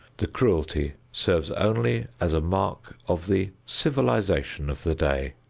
the cruelty serves only as a mark of the civilization of the day.